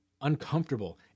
uncomfortable